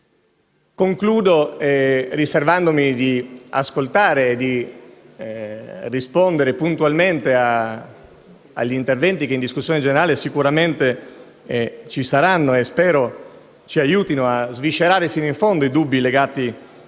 Concludo riservandomi di ascoltare e di rispondere puntualmente agli interventi che in discussione generale sicuramente ci saranno e che spero ci aiutino a sviscerare fino in fondo i dubbi legati a questo